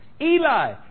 Eli